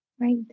Right